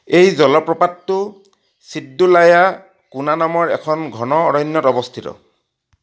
এই জলপ্ৰপাতটো ছিদ্দুলাইয়া কোনা নামৰ এখন ঘন অৰণ্যত অৱস্থিত